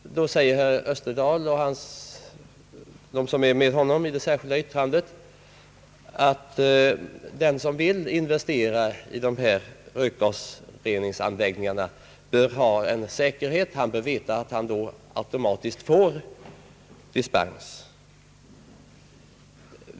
Då säger herr Österdahl och de övriga som står bakom det särskilda yttrandet, att den som vill investera i dessa rökgasreningsanläggningar bör ha den säkerheten att han vet att han automatiskt får dispens.